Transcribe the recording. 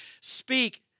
speak